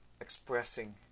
expressing